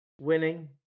winning